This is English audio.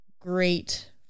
great